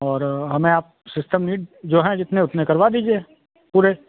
और हमें आप सिस्टम नीड जो है जितने उतने करवा दीजिए पूरे